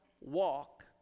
walk